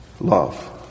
love